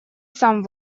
сам